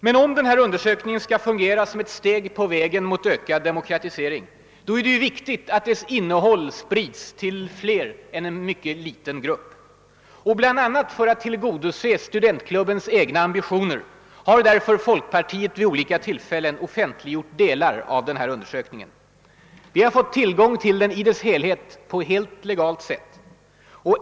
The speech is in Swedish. Men om den här undersökningen skall fungera som »ett steg på vägen mot ökad demokratisering», är det viktigt att dess innehåll sprids till fler än en liten grupp. Bland annat för att tillgodose studentklubbens egna ambitioner har därför folkpartiet vid olika tillfällen offentliggjort delar av denna undersökning. Och vi har fått tillgång till den på fullt legalt sätt.